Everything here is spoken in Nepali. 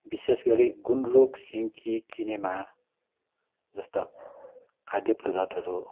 विशेष गरी गुन्द्रुक सिन्की किनामा जस्ता खाद्य पदार्थहरू